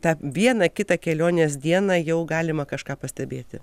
tą vieną kitą kelionės dieną jau galima kažką pastebėti